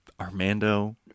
Armando